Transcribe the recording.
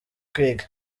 kwiga